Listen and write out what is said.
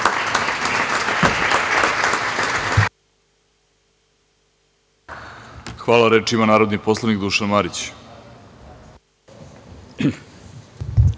Hvala. Reč ima narodni poslanik Dušan Marić.